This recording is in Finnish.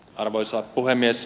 arvoisa puhemies